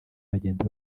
bagenda